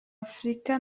afurika